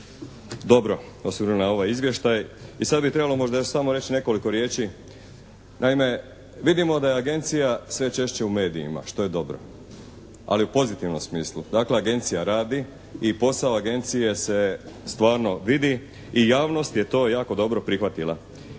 dobro osvrnuli na ovaj izvještaj. I sad bi trebalo možda još samo reći nekoliko riječi. Naime vidimo da je Agencija sve češće u medijima što je dobro. Ali u pozitivnom smislu. Dakle Agencija radi i posao Agencije se stvarno vidi i javnost je to jako dobro prihvatila.